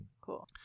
Cool